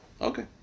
Okay